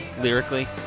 lyrically